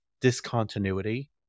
discontinuity